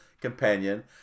companion